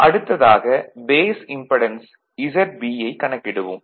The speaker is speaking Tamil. அடுத்ததாக பேஸ் இம்படென்ஸ் ZB யைக் கணக்கிடுவோம்